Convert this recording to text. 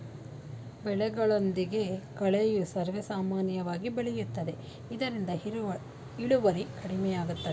ಬೆಳೆಯೊಂದಿಗೆ ಕಳೆಯು ಸರ್ವೇಸಾಮಾನ್ಯವಾಗಿ ಬೆಳೆಯುತ್ತದೆ ಇದರಿಂದ ಇಳುವರಿ ಕಡಿಮೆಯಾಗುತ್ತದೆ